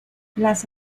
las